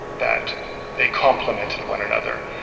that they complemented one another.